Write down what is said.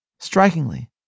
Strikingly